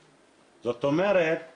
אז לפחות בכמות של כח